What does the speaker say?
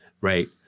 Right